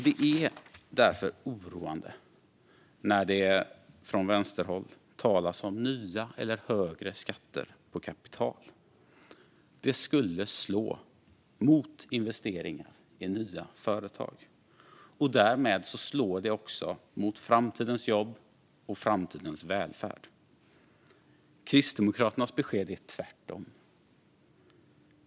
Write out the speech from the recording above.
Det är därför oroande när det från vänsterhåll talas om nya eller högre skatter på kapital. Detta skulle slå mot investeringar i nya företag och därmed också mot framtidens jobb och framtidens välfärd. Kristdemokraternas besked är tvärtom.